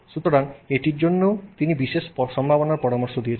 সুতরাং এটির জন্যও তিনি সম্ভাবনার পরামর্শ দিয়েছেন